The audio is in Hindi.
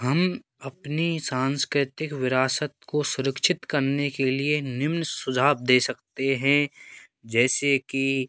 हम अपनी सांस्कृतिक विरासत को सुरक्षित करने के लिए निम्न सुझाव दे सकते हैं जैसे कि